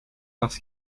parce